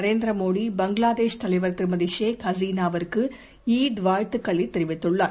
நரேந்திரமோடி பங்களாதேஷ் தலைவர் திருமதிஷேக் ஹசீனாவிற்குஈத் வாழ்த்துக்களைத் தெரிவித்துள்ளார்